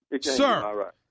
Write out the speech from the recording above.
Sir